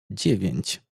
dziewięć